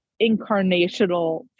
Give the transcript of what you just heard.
incarnational